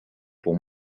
pour